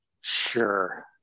Sure